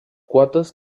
quotes